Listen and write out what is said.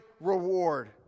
reward